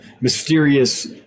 mysterious